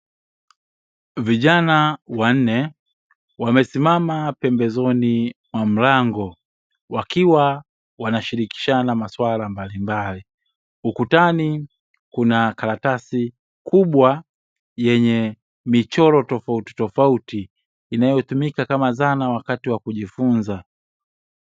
Vijana wanne wamesimama pembezoni mwa mlango wakiwa wanashirikishana masuala mbalimbali. Ukutani kuna karatasi kubwa yenye michoro tofauti tofauti inayotumika kama zana wakati wa kujifunza.